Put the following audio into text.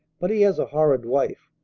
but he has a horrid wife.